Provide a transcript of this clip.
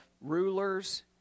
rulers